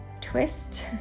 twist